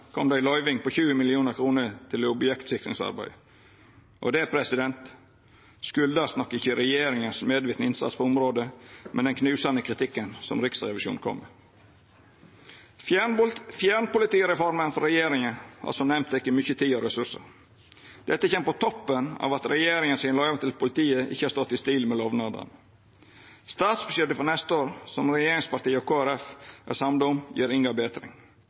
kom det ei løyving på 20 mill. kr til objektsikringsarbeidet. Det kjem nok ikkje av regjeringa sin medvetne innsats på området, men den knusande kritikken som Riksrevisjonen kom med. «Fjernpolitireforma» frå regjeringa har, som nemnt, teke mykje tid og ressursar. Dette kjem på toppen av at løyvingane til politiet frå regjeringa ikkje har stått i stil med lovnadene. Statsbudsjettet for neste år, som regjeringspartia og Kristeleg Folkeparti er samde om, gjev inga betring.